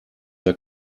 der